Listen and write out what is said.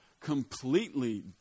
completely